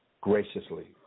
graciously